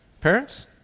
Parents